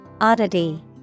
Oddity